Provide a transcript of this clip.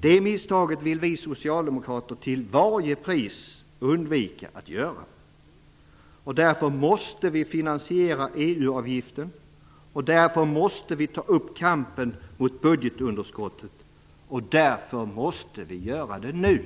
Det misstaget vill vi socialdemokrater till varje pris undvika att göra. Därför måste vi finansiera EU avgiften. Därför måste vi ta upp kampen mot budgetunderskottet. Och därför måste vi göra det nu.